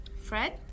Fred